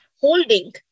holding